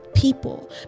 people